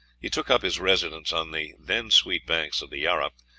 he took up his residence on the then sweet banks of the yarra,